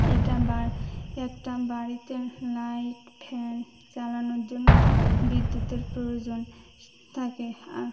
এটা বা একটা বাড়িতে লাইট ফ্যান চালানোর জন্য বিদ্যুতের প্রয়োজন থাকে আর